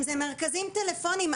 אם אלה מרכזים טלפוניים,